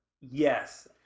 yes